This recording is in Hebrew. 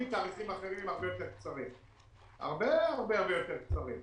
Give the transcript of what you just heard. תאריכים אחרים הרבה הרבה הרבה יותר קצרים.